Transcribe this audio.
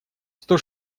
сто